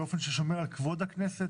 באופן ששומר על כבוד הכנסת,